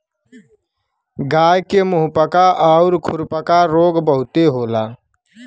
गाय के मुंहपका आउर खुरपका रोग बहुते होला